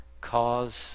cause